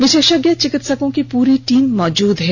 विशेषज्ञ चिकित्सकों की पूरी टीम मौजूद है